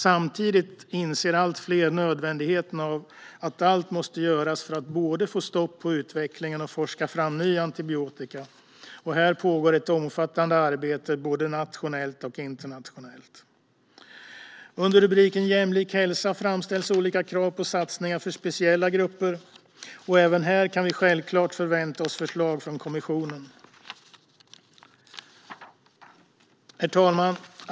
Samtidigt inser allt fler nödvändigheten av att allt måste göras för att både få stopp på utvecklingen och forska fram ny antibiotika. Här pågår ett omfattande arbete både nationellt och internationellt. Under rubriken Jämlik hälsa framställs olika krav på satsningar för speciella grupper. Även här kan vi självklart förvänta oss förslag från kommissionen. Herr talman!